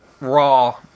Raw